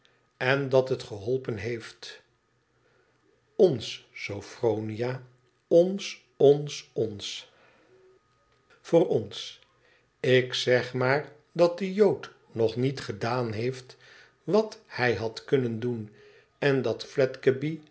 en dat het geholpen heeft ons sophronia ons ons ons voor ons lik zeg maar dat de jood nog niet gedaan heeft wat hij had kunnen doen en dat